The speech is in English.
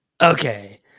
Okay